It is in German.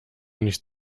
nicht